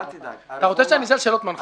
אתה רוצה שאשאל שאלות מנחות?